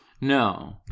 No